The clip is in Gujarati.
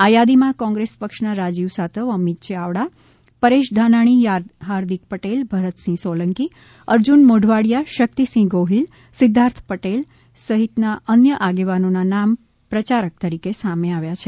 આ યાદીમાં કોંગ્રેસ પક્ષના રાજીવ સાતવ અમિત ચાવડા પરેશ ધાનાણી હાર્દિક પટેલ ભરતસિંહ સોલંકી અર્જુન મોઢવાડિયા શક્તિસિંહ ગોહિલ સિદ્વાર્થ પટેલ સહિતના અન્ય આગેવાનોના નામ પ્રચારક તરીકે સામે છે